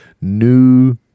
new